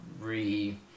re